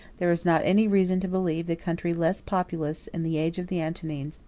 there is not any reason to believe the country less populous in the age of the antonines,